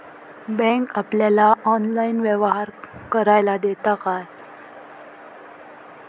Bank आपल्याला online व्यवहार करायला देता काय?